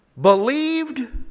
believed